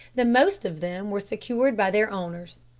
the most of them were secured by their owners.